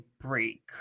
break